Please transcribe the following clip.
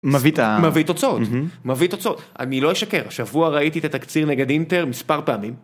מביא תוצאות מביא תוצאות אני לא אשקר השבוע ראיתי את התקציר נגד אינטר מספר פעמים.